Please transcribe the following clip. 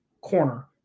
corner